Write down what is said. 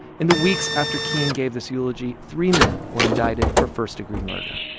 in the weeks after king gave this eulogy, three men were indicted for first-degree murder.